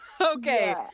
Okay